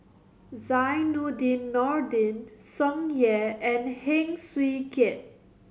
Zainudin Nordin Tsung Yeh and Heng Swee Keat